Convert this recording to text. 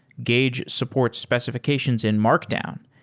gauge supports specifi cations in markdown,